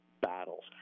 battles